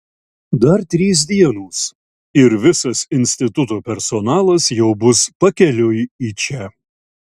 dar trys dienos ir visas instituto personalas jau bus pakeliui į čia